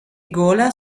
gola